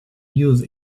use